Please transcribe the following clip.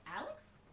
Alex